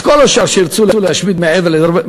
את כל השאר שירצו להשמיד מעבר לזה,